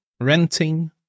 renting